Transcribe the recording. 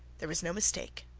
there was no mistake.